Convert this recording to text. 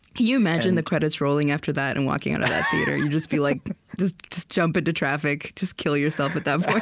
you imagine the credits rolling after that, and walking out of that theater? you'd just be like just just jump into traffic just kill yourself, at that